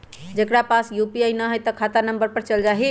जेकरा पास यू.पी.आई न है त खाता नं पर चल जाह ई?